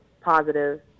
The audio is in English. positive